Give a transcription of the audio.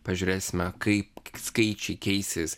pažiūrėsime kaip skaičiai keisis